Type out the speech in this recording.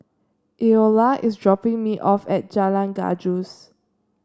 Eola is dropping me off at Jalan Gajus